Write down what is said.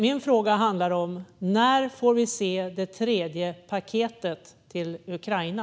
Min fråga är: När får vi se det tredje paketet till Ukraina?